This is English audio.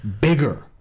bigger